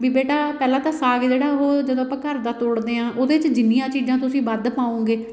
ਵੀ ਬੇਟਾ ਪਹਿਲਾਂ ਤਾਂ ਸਾਗ ਜਿਹੜਾ ਉਹ ਜਦੋਂ ਆਪਾਂ ਘਰ ਦਾ ਤੋੜਦੇ ਹਾਂ ਉਹਦੇ 'ਚ ਜਿੰਨੀਆਂ ਚੀਜ਼ਾਂ ਤੁਸੀਂ ਵੱਧ ਪਾਓਗੇ